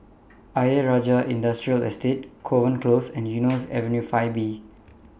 Ayer Rajah Industrial Estate Kovan Close and Eunos Avenue five B